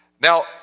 Now